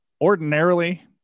ordinarily